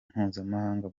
mpuzamahanga